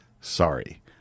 Sorry